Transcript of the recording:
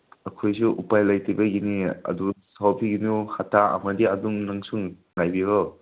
ꯑꯩꯈꯣꯏꯁꯨ ꯎꯄꯥꯏ ꯂꯩꯇꯕꯒꯤꯅꯤ ꯑꯗꯨ ꯁꯥꯎꯕꯤꯒꯅꯨ ꯍꯞꯇꯥ ꯑꯃꯗꯤ ꯑꯗꯨꯝ ꯅꯪꯁꯨ ꯉꯥꯏꯕꯤꯔꯣ